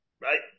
Right